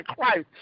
Christ